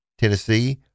tennessee